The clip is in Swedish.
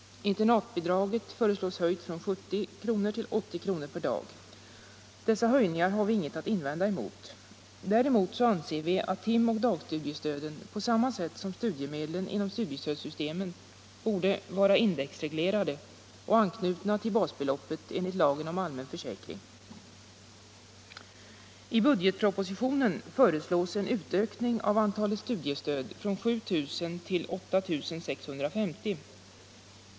Internatbidraget föreslås höjt från 70 kr. till 80 kr. per dag. Dessa höjningar har vi inget att invända emot. Däremot anser vi att timoch dagstudiestöden på samma sätt som studiemedlen inom studiesstödsystemet borde vara indexreglerade och anknutna till basbeloppet enligt lagen om allmän försäkring. I budgetpropositionen föreslås en utökning av antalet studiestöd från 7 000 till 8 650.